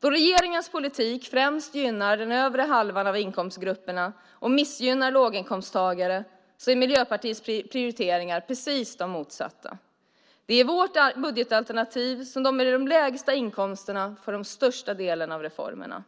Då regeringens politik främst gynnar den övre halvan av inkomstgrupperna och missgynnar låginkomsttagare är Miljöpartiets prioriteringar precis de motsatta. Det är i vårt budgetalternativ som de med de lägsta inkomsterna får den största delen av reformerna.